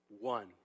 one